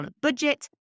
budget